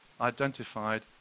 identified